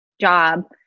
job